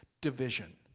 division